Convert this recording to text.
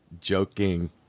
joking